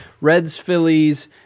Reds-Phillies